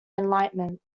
enlightenment